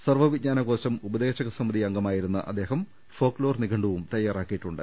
സർവ വിജ്ഞാന കോശം ഉപദേശക സമിതി അംഗമായിരുന്ന അദ്ദേഹം ഫോക്ലോർ നിഘണ്ടുവും തയാറാക്കിയിട്ടുണ്ട്